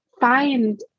find